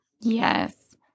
Yes